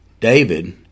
David